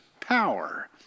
power